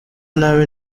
nawe